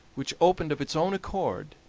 which opened of its own accord,